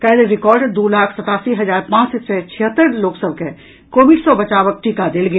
काल्हि रिकार्ड दू लाख सतासी हजार पांच सय छिहत्तरि लोक सभ के कोविड सॅ बचावक टीका देल गेल